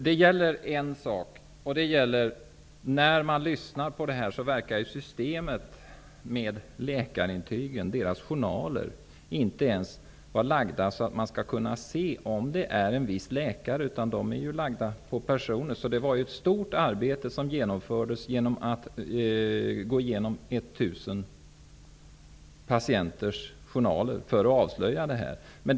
Herr talman! Systemet för arkivering av journaler och läkarintyg verkar inte vara gjort så, att man skall kunna se vilken läkare som är inblandad. De arkiveras efter patienten. Journalisterna gjorde ett stort arbete då de gick igenom 1 000 patienters journaler för att avslöja fusket.